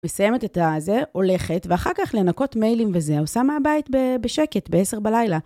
מסיימת את הזה, הולכת, ואחר כך לנקות מיילים וזהו. שמה הבית בשקט, בעשר בלילה.